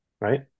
right